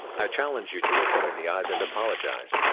i challenge you to look them in the eye's and apologize.